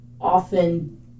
often